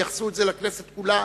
ייחסו את זה לכנסת כולה,